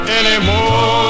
anymore